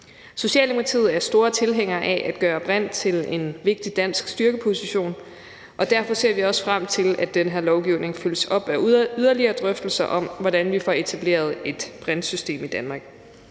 Socialdemokratiet er store tilhængere af at gøre brint til en vigtig dansk styrkeposition, og derfor ser vi også frem til, at den her lovgivning følges op af yderligere drøftelser om, hvordan vi får etableret et brintsystem i Danmark.